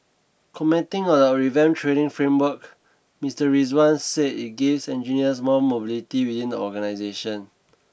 commenting on the revamped training framework Mister Rizwan said it gives engineers more mobility within the organisation